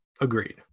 Agreed